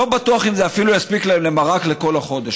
לא בטוח שזה אפילו יספיק להם למרק לכל החודש.